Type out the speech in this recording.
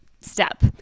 step